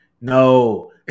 No